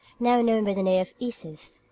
now known by the name of issus.